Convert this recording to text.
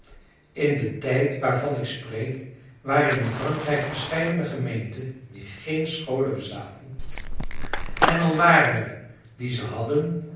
in den tijd waarvan ik spreek waren in frankrijk verscheidene gemeenten die geen scholen bezaten en al waren er die ze hadden